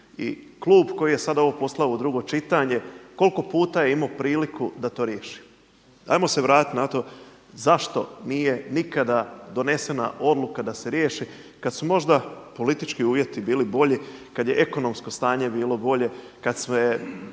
i klub koji je sada ovo poslao u drugo čitanje koliko puta je imao priliku da to riješi? Ajmo se vratiti na to zašto nije nikada donesena odluka da se riješi kad su možda politički uvjeti bili bolji, kad je ekonomsko stanje bilo bolje, kad